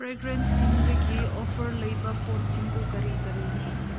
ꯐ꯭ꯔꯦꯒ꯭ꯔꯦꯟꯁꯤꯡꯗꯒꯤ offer ꯂꯩꯕ ꯄꯣꯠꯁꯤꯡꯗꯨ ꯀꯔꯤ ꯀꯔꯤꯅꯣ